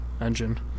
engine